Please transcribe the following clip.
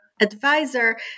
advisor